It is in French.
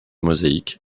mosaïques